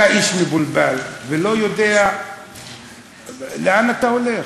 אתה איש מבולבל, ולא יודע לאן אתה הולך.